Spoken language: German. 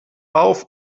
auf